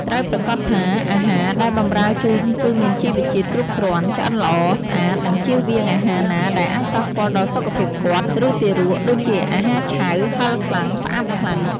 ត្រូវប្រាកដថាអាហារដែលបម្រើជូនគឺមានជីវជាតិគ្រប់គ្រាន់ ឆ្អិនល្អ ស្អាត និងជៀសវាងអាហារណាដែលអាចប៉ះពាល់ដល់សុខភាពគាត់ ឬទារក ដូចជាអាហារឆៅ ហឹរខ្លាំង ផ្អាប់ខ្លាំង។